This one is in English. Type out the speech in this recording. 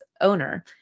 owner